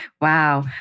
Wow